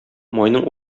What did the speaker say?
майның